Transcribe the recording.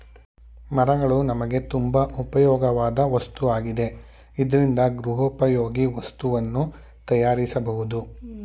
ಮರಗಳು ನಮ್ಗೆ ತುಂಬಾ ಉಪ್ಯೋಗವಾಧ್ ವಸ್ತು ಆಗೈತೆ ಇದ್ರಿಂದ ಗೃಹೋಪಯೋಗಿ ವಸ್ತುನ ತಯಾರ್ಸ್ಬೋದು